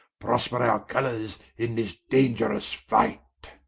prosper our colours in this dangerous fight.